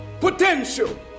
potential